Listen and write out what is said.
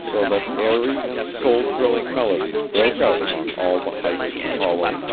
so that airy and soul-thrilling melodies broke out among all the heights and hollows,